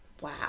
Wow